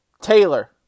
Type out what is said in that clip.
Taylor